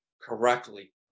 correctly